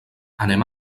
anem